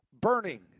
burning